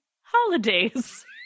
holidays